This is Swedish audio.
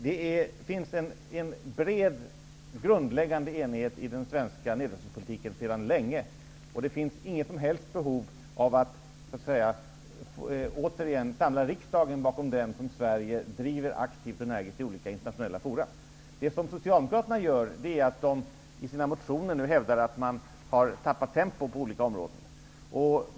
Det finns en bred grundläggande enighet i den svenska nedrustningspolitiken sedan länge. Det finns inget som helst behov av att återigen samla riksdagen bakom den politik som Sverige driver aktivt och energiskt i olika internationella forum. Det som Socialdemokraterna gör är att i sina motioner hävda att man har tappat tempo på olika områden.